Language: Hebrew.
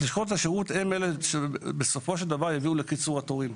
לשכות השירות הן אלה שבסופו של דבר יביאו לקיצור התורים.